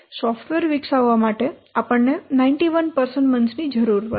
software વિકસાવવા માટે આપણને 91 વ્યક્તિ મહિના ની જરૂર પડે છે